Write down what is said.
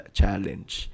challenge